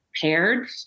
paired